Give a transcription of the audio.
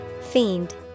Fiend